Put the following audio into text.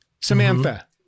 samantha